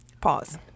Pause